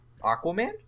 aquaman